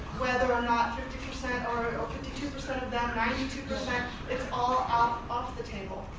whether or not fifty percent or or fifty two percent of them ninety two percent it's all ah off the table.